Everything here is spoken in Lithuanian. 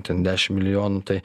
ten dešimt milijonų tai